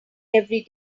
every